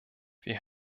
wir